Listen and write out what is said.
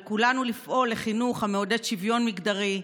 על כולנו לפעול לחינוך המעודד שוויון מגדרי,